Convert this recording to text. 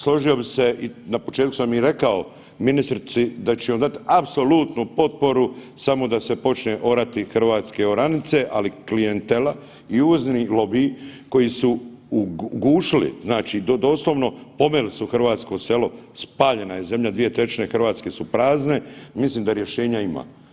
Složio bih se i na početku sam rekao ministrici da ću joj dati apsolutnu potporu, samo da se počne orati hrvatske oranice, ali klijentela i uvozni lobiji koji su ugušili, znači doslovno pomeli su hrvatsko selo, spaljena je zemlja, 2/3 Hrvatske su prazne, mislim da rješenja ima.